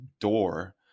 door